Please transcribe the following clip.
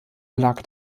lag